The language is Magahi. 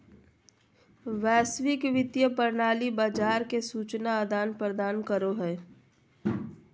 वैश्विक वित्तीय प्रणाली बाजार के सूचना आदान प्रदान करो हय